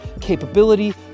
capability